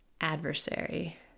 adversary